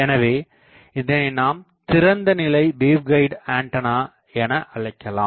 எனவே இதனை நாம் திறந்தநிலை வேவ்கைடு ஆண்டனா எனஅழைக்கலாம்